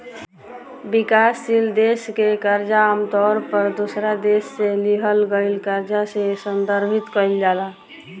विकासशील देश के कर्जा आमतौर पर दोसरा देश से लिहल गईल कर्जा से संदर्भित कईल जाला